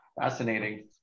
Fascinating